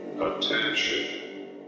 Attention